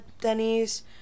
Denny's